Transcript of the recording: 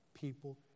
people